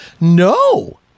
No